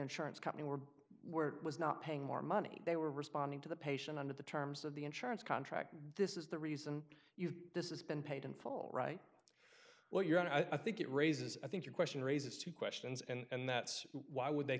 insurance companies were were was not paying more money they were responding to the patient under the terms of the insurance contract this is the reason this is been paid in full right well your honor i think it raises i think your question raises two questions and that why would they